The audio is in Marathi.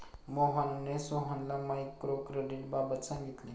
मोहनने सोहनला मायक्रो क्रेडिटबाबत सांगितले